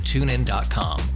TuneIn.com